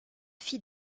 fille